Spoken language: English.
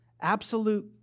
absolute